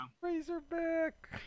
Razorback